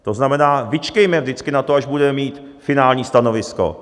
To znamená, vyčkejme vždycky na to, až budeme mít finální stanovisko.